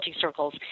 circles